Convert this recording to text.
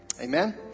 Amen